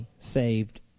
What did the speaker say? saved